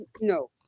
no